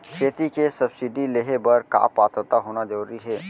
खेती के सब्सिडी लेहे बर का पात्रता होना जरूरी हे?